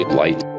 light